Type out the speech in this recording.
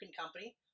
company